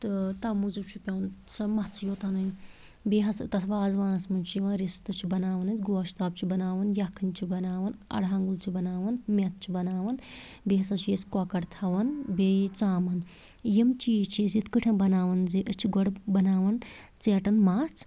تہٕ تَو موٗجوب چھُ پیٚوان سۄ مَژھٕے یوت اَنٕنۍ بیٚیہِ ہَسا تتھ وازٕوانَس مَنٛز چھِ یوان رستہٕ چھِ بناوان أسۍ گۄشتاب چھ بناوان یَکھٕنۍ چھِ بناوان اَڑہانٛگُل چھِ بناوان میٚتھ چھِ بناوان بیٚیہِ ہَسا چھِ أسۍ کۄکر تھاوان بیٚیہِ ژامَن یِم چیٖز چھِ أسۍ یِتھ کٲٹھۍ بناوان زِ أسۍ چھِ گۄڈٕ بناوان ژیٹَن مژھ